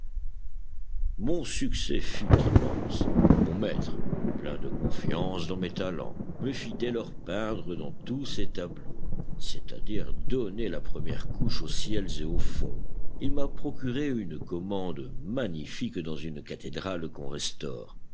mon succès fut immense mon maître plein de confiance dans mes talents me fit dès lors peindre dans tous ses tableaux c'est-à-dire donner la première couche aux ciels et aux fonds il m'a procuré une commande magnifique dans une cathédrale qu'on restaure